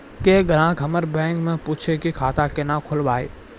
कोय ग्राहक हमर बैक मैं पुछे की खाता कोना खोलायब?